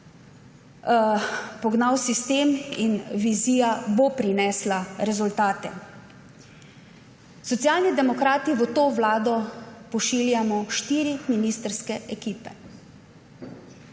pognal sistem in bo vizija prinesla rezultate. Socialni demokrati v to vlado pošiljamo štiri ministrske ekipe,